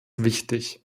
wichtig